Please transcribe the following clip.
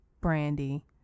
Brandy